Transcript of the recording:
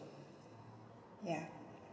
ya